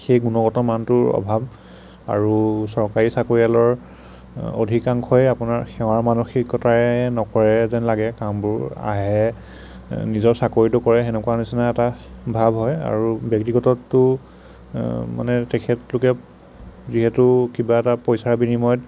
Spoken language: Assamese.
সেই গুণগত মানটোৰ অভাৱ আৰু চৰকাৰী চাকৰিয়ালৰ অধিকাংশই আপোনাৰ সেৱাৰ মানসিকতাৰে নকৰে যেন লাগে কামবোৰ আহে নিজৰ চাকৰিটো কৰে সেনেকুৱা নিচিনা এটা ভাব হয় আৰু ব্যক্তিগতততো মানে তেখেতলোকে যিহেতু কিবা এটা পইচাৰ বিনিময়ত